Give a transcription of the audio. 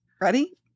ready